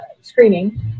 screening